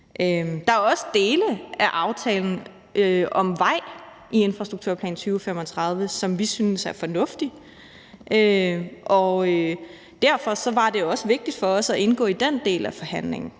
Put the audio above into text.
Der er også dele af aftalen om veje i Infrastrukturplan 2035, som vi synes er fornuftige, og derfor var det også vigtigt for os at indgå i den del af forhandlingerne.